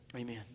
amen